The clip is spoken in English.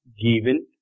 Given